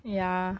ya